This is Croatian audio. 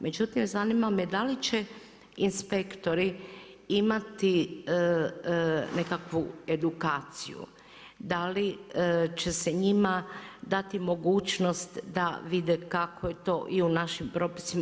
Međutim, zanima me da li će inspektori imati nekakvu edukaciju, da li će se njima dati mogućnost da vide kako je to i u našim propisima.